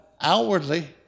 outwardly